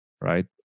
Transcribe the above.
right